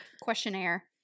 Questionnaire